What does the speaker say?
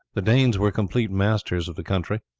the danes were complete masters of the country.